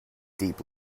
deep